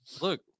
Look